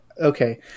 okay